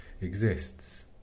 exists